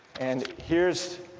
and here's,